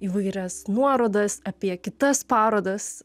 įvairias nuorodas apie kitas parodas